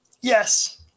Yes